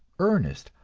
earnest,